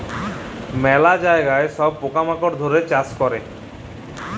ম্যালা জায়গায় সব পকা মাকড় ধ্যরে চাষ ক্যরে